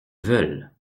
veulent